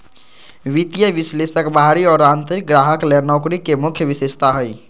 वित्तीय विश्लेषक बाहरी और आंतरिक ग्राहक ले नौकरी के मुख्य विशेषता हइ